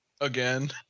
Again